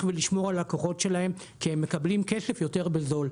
ולשמור על הלקוחות שלהם כי הם מקבלים כסף יותר בזול.